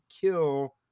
kill